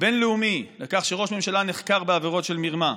בין-לאומי בכך שראש ממשלה נחקר בעבירות של מרמה.